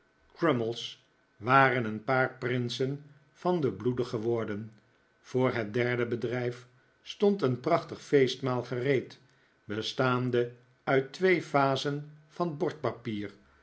crummies waren een paar prinsen van den bloede geworden voor het derde bedrijf stond een prachtig feestmaal gereed bestaande uit twee vazen van